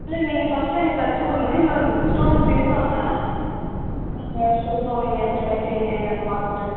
இல்லை நீங்கள் ஃபஸ்ட்டு எங்களுக்குத் தச்சிக் கொடுங்க இன்னும் ஸ்டூடன்ட்ஸ் இருக்காங்க நாங்கள் சொல்லுறோம் நீங்கள் எப்படி தைக்கிறீங்க என்னான்னு பார்த்துட்டு